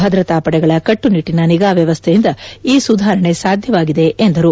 ಭದ್ರತಾ ಪಡೆಗಳ ಕಟ್ಲುನಿಟ್ಲಿನ ನಿಗಾ ವ್ಲವಸ್ಥೆಯಿಂದ ಈ ಸುಧಾರಣೆ ಸಾಧ್ಯವಾಗಿದೆ ಎಂದರು